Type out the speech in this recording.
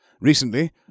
Recently